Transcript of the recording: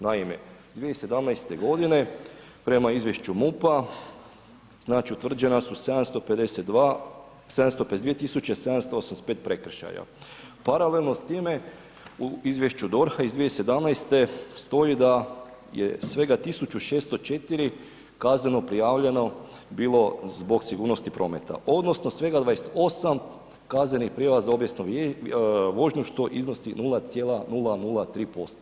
Naime, 2017. godine prema izvješću MUP-a znači utvrđena su 752, 752.785 prekršaja, paralelno s time u izvješću DORH-a iz 2017. stoji da je svega 1.604 kazneno prijavljeno bilo zbog sigurnosti prometa odnosno svega 28 kaznenih prijava za obijesnu vožnju što iznosi 0,003%